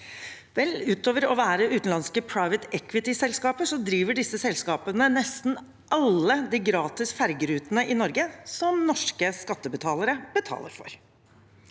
Utover å være utenlandske «private equity»-selskaper driver disse selskapene nesten alle de gratis ferjerutene i Norge som norske skattebetalere betaler for.